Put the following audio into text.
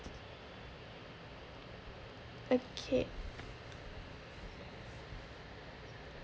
okay